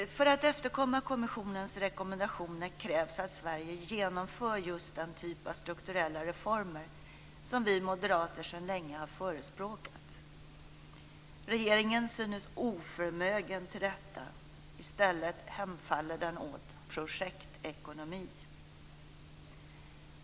För att efterkomma kommissionens rekommendationer krävs att Sverige genomför just den typ av strukturella reformer som vi moderater sedan länge har förespråkat. Regeringen synes oförmögen till detta. I stället hemfaller den åt projektekonomi.